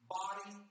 body